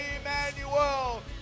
Emmanuel